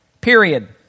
period